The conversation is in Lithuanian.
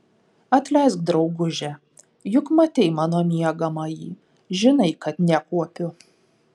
atleisk drauguže juk matei mano miegamąjį žinai kad nekuopiu